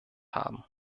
haben